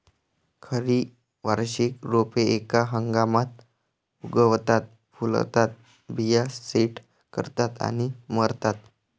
खरी वार्षिक रोपे एका हंगामात उगवतात, फुलतात, बिया सेट करतात आणि मरतात